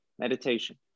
Meditation